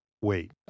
Wait